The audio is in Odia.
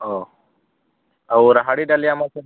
ଓ ଆଉ ରାହାଡ଼ି ଡାଲି ଆମର